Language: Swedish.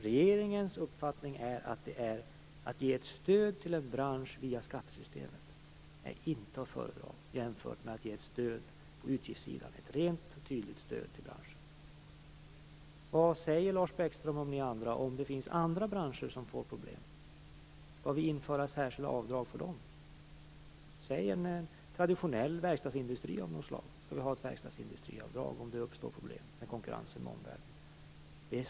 Regeringens uppfattning är att det inte är att föredra att man ger ett stöd till en bransch via skattesystemet jämfört med att man ger ett rent och tydligt stöd på utgiftssidan till branschen. Vad säger Lars Bäckström och ni andra om andra branscher får problem? Skall vi införa särskilda avdrag för dem? Vi kan tänka oss en traditionell verkstadsindustri av något slag. Skall vi ha ett verkstadsindustriavdrag om det uppstår problem med konkurrensen med omvärlden?